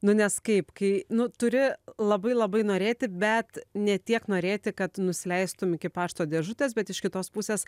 nu nes kaip kai nu turi labai labai norėti bet ne tiek norėti kad tu nusileistum iki pašto dėžutės bet iš kitos pusės